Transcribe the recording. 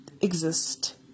exist